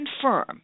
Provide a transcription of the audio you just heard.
confirm